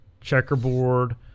Checkerboard